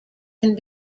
can